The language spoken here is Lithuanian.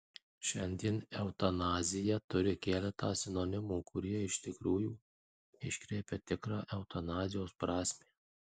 šiandien eutanazija turi keletą sinonimų kurie iš tikrųjų iškreipia tikrą eutanazijos prasmę